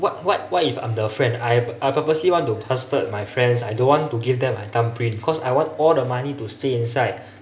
what what what if I am the friend I I purposely want to my friends I don't want to give them my thumbprint because I want all the money to stay inside